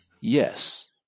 Yes